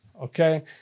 okay